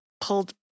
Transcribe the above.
pulled